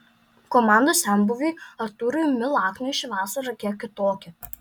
komandos senbuviui artūrui milakniui ši vasara kiek kitokia